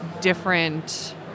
different